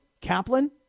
Kaplan